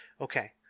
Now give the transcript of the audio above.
Okay